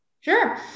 Sure